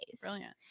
Brilliant